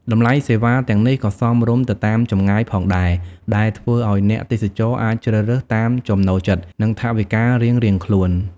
តម្លៃសេវាទាំងនេះក៏សមរម្យទៅតាមចម្ងាយផងដែរ ដែលធ្វើឲ្យអ្នកទេសចរអាចជ្រើសរើសតាមចំណូលចិត្តនិងថវិការៀងៗខ្លួន។